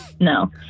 no